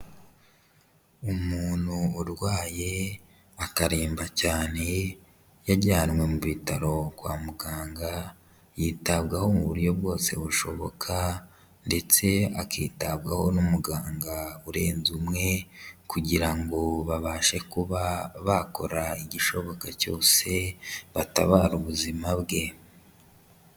Umuntu urwaye akaremba cyane yajyanwe mu bitaro kwa muganga, yitabwaho mu buryo bwose bushoboka ndetse akitabwaho n'umuganga urenze umwe kugira ngo babashe kuba bakora igishoboka cyose batabare ubuzima bwe.